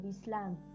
Islam